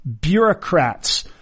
bureaucrats